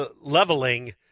leveling